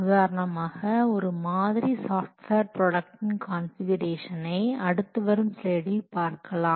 உதாரணமாக ஒரு மாதிரி சாஃப்ட்வேர் ப்ராடக்டின் கான்ஃபிகுரேஷன்னை அடுத்து வரும் ஸ்லைடில் பார்க்கலாம்